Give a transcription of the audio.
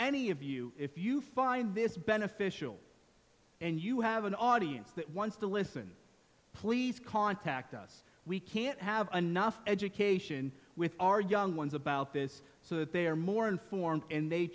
any of you if you find this beneficial and you have an audience that wants to listen please contact us we can't have enough education with our young ones about this so that they are more informed and they